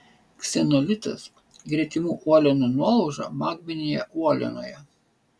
ksenolitas gretimų uolienų nuolauža magminėje uolienoje